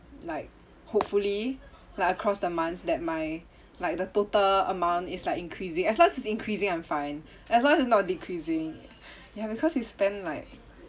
like hopefully like across the months that my like the total amount is like increasing as long as it's increasing I'm fine as long as it's not decreasing ya because you spend like